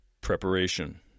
preparation